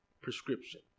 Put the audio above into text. prescription